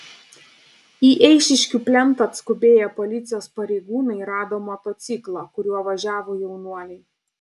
į eišiškių plentą atskubėję policijos pareigūnai rado motociklą kuriuo važiavo jaunuoliai